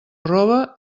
roba